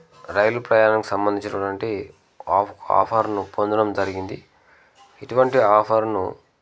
రైలు ప్రయాణం సంబంధించినటువంటి ఆఫ్ ఆఫర్ను పొందడం జరిగింది ఇటువంటి ఆఫర్ను